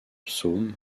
psaumes